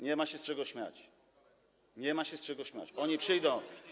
Nie ma się z czego śmiać - nie ma się z czego śmiać, oni przyjdą.